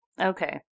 Okay